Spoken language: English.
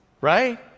Right